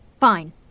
fine